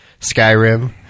Skyrim